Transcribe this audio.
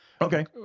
Okay